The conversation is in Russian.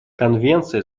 конвенция